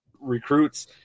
recruits